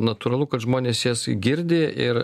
natūralu kad žmonės jas girdi ir